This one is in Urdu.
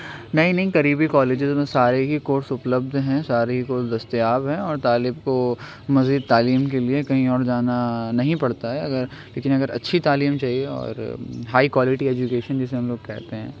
نہیں نہیں قریبی کالجیز میں سارے ہی کورس اپلبدھ ہیں ساری کورس دستیاب ہیں اور طالب کو مزید تعلیم کے لیے کہیں اور جانا نہیں پڑتا ہے اگر لیکن اگر اچھی تعلیم چاہیے اور ہائی کوالٹی ایجوکیشن جسے ہم لوگ کہتے ہیں